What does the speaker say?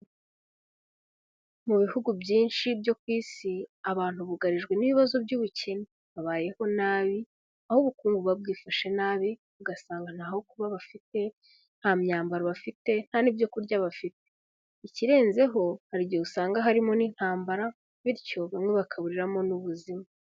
Mu bihugu byinshi byo ku isi, abantu bugarijwe n'ibibazo by'ubukene, babayeho nabi aho ubukungu buba bwifashe nabi, ugasanga ntaho kuba bafite, nta myambaro bafite, nta n'ibyo kurya bafite, ikirenzeho hari igihe usanga harimo n'intambara, bityo bamwe bakaburiramo n'ubuzima.